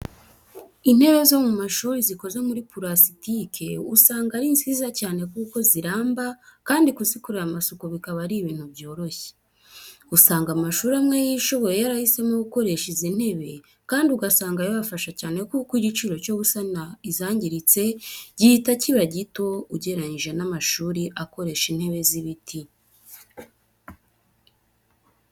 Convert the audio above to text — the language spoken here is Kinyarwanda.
Intebe zo mu mashuri zikoze muri purasitike usanga ari nziza cyane kuko ziramba kandi kuzikorera amasuku bikaba ari ibintu byoroshye. Usanga amashuri amwe yishoboye yarahisemo gukoresha izi ntebe kandi ugasanga bibafasha cyane kuko igiciro cyo gusana izangiritse gihita kiba gito ugereranije n'amashuri akoresha intebe z'ibiti.